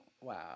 Wow